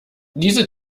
diese